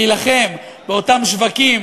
להילחם באותם שווקים,